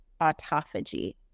autophagy